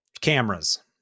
cameras